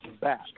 back